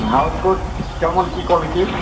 housecoat কেমন কী কোয়ালিটির